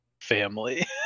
family